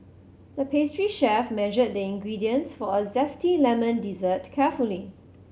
the pastry chef measured the ingredients for a zesty lemon dessert carefully